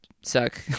suck